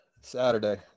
Saturday